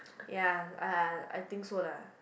ya ya I think so lah